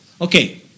okay